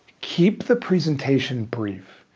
keep the presentation brief.